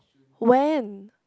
when